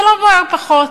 זה לא בוער פחות.